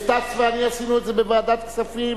סטס ואני עשינו את זה בוועדת כספים.